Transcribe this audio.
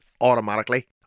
automatically